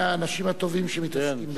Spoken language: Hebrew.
הנה האנשים הטובים שמתעסקים בזה.